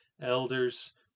elders